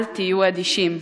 אל תהיו אדישים.